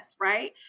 Right